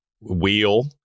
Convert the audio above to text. wheel